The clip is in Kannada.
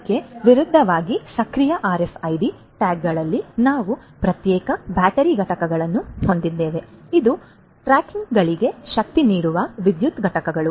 ಇದಕ್ಕೆ ವಿರುದ್ಧವಾಗಿ ಸಕ್ರಿಯ ಆರ್ಎಫ್ಐಡಿ ಟ್ಯಾಗ್ಗಳಲ್ಲಿ ನಾವು ಪ್ರತ್ಯೇಕ ಬ್ಯಾಟರಿ ಘಟಕಗಳನ್ನು ಹೊಂದಿದ್ದೇವೆ ಈ ಟ್ಯಾಗ್ಗಳಿಗೆ ಶಕ್ತಿ ನೀಡುವ ವಿದ್ಯುತ್ ಘಟಕಗಳು